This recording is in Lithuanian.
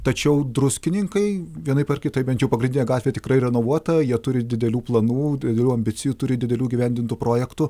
tačiau druskininkai vienaip ar kitaip bent jau pagrindinė gatvė tikrai renovuota jie turi didelių planų didelių ambicijų turi didelių įgyvendintų projektų